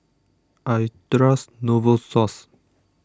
I trust Novosource